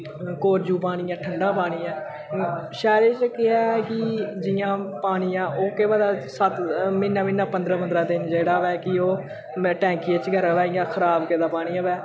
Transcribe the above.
कोरजु पानी ऐ ठंडा पानी ऐ शैह्रें च केह् ऐ कि जि'यां पानी ऐ ओह् केह् पता सत्त म्हीने म्हीने पंदरा पंदरा दिन जेह्ड़ा होऐ कि ओह् टैंकियै च गै र'वै इ'यां खराब गेदा पानी होवै